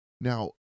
Now